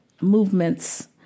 movements